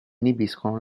inibiscono